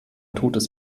totes